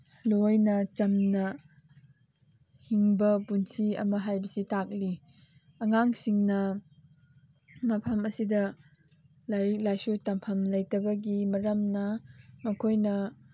ꯂꯣꯏꯅ ꯆꯝꯅ ꯍꯤꯡꯕ ꯄꯨꯟꯁꯤ ꯑꯃꯁꯤ ꯇꯥꯛꯂꯤ ꯑꯉꯥꯡꯁꯤꯡꯅ ꯃꯐꯝ ꯑꯁꯤꯗ ꯂꯥꯏꯔꯤꯛ ꯂꯥꯏꯁꯨ ꯇꯝꯐꯝ ꯂꯩꯇꯕꯒꯤ ꯃꯔꯝꯅ ꯃꯈꯣꯏꯅ